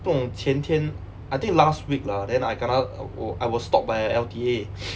不懂前天 I think last week lah then I kena I I I was stopped by L_T_A